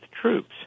troops